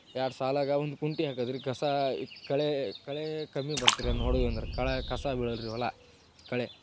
ಎರಡು ಸಾಲಿಗ ಒಂದು ಕುಂಟೆ ಹಾಕೊದ್ರಿ ಕಸ ಕಳೆ ಕಳೆ ಕಮ್ಮಿ ಬರತ್ರಿ ಅದ್ನ ಹೊಡುದಂದರೆ ಕಳೆ ಕಸ ಬೆಳೆಯಲ್ರೀ ಹೊಲ ಕಳೆ